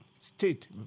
State